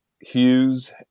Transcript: Hughes